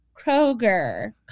Kroger